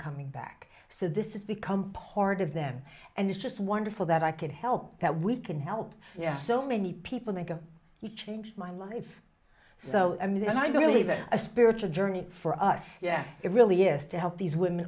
coming back so this has become part of them and it's just wonderful that i could help that we can help yes so many people think of you changed my life so i mean i believe in a spiritual journey for us yes it really is to help these women